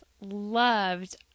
loved